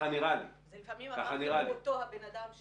לפעמים זה --- אותו בן אדם שמעסיק.